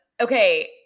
okay